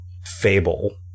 fable